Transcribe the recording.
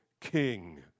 king